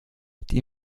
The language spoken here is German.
die